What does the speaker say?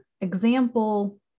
example